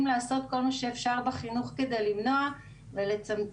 לעשות כל מה שאפשר בחינוך כדי למנוע ולצמצם,